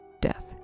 death